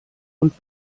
und